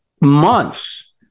months